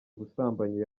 ubusambanyi